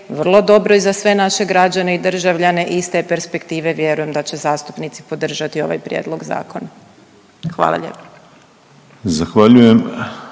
vrlo dobroj za sve naše građane i državljane i iz te perspektive vjerujem da će zastupnici podržati ovaj prijedlog zakona. Hvala lijepo.